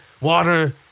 water